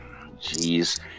Jeez